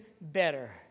better